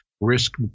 risk